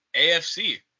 AFC